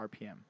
RPM